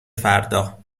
فردا